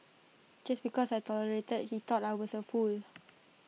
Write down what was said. just because I tolerated he thought I was A fool